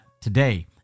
today